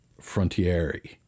Frontieri